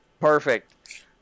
Perfect